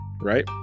Right